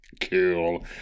cool